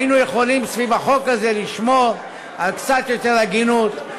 היינו יכולים סביב החוק הזה לשמור על קצת יותר הגינות.